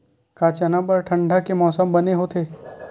का चना बर ठंडा के मौसम बने होथे?